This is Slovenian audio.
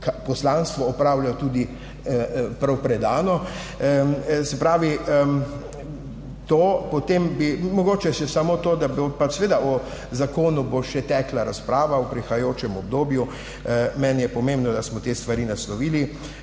poslanstvo prav predano. Se pravi to. Potem bi mogoče še samo to, seveda, o zakonu bo še tekla razprava v prihajajočem obdobju. Meni je pomembno, da smo te stvari naslovili.